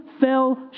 fell